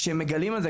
כשהם מגלים את זה,